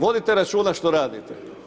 Vodite računa što radite.